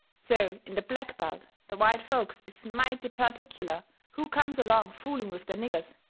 so in the black belt the white folks is mighty pertic'ler who comes along fooling with their niggers.